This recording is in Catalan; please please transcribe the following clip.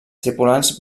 tripulants